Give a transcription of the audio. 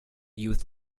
youth